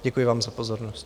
Děkuji vám za pozornost.